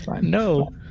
No